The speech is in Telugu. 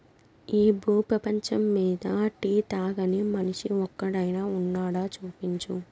ఈ భూ పేపంచమ్మీద టీ తాగని మనిషి ఒక్కడైనా వున్నాడా, చూపించు